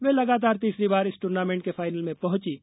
वे लगातार तीसरी बार इस टूर्नामेंट के फाइनल में पहुंचीं